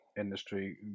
Industry